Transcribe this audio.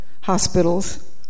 hospitals